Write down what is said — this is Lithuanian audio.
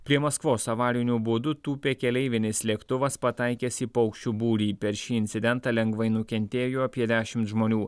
prie maskvos avariniu būdu tūpė keleivinis lėktuvas pataikęs į paukščių būrį per šį incidentą lengvai nukentėjo apie dešimt žmonių